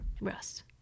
Rust